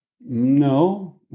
no